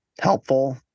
helpful